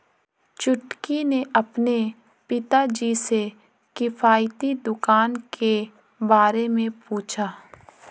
छुटकी ने अपने पिताजी से किफायती दुकान के बारे में पूछा